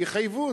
יחייבו אותי,